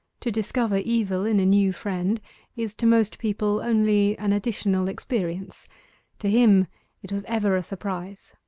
to discover evil in a new friend is to most people only an additional experience to him it was ever a surprise.